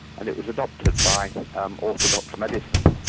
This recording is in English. and it was adopted by and um orthodox medicine,